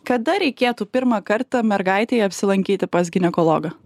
kada reikėtų pirmą kartą mergaitei apsilankyti pas ginekologą